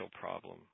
problem